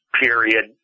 period